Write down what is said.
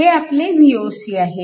हे आपले Voc आहे